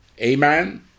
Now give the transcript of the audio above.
amen